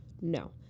No